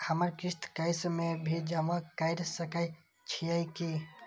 हमर किस्त कैश में भी जमा कैर सकै छीयै की?